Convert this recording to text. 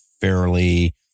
fairly